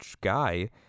guy